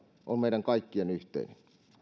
on meidän kaikkien yhteinen